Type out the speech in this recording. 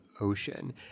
ocean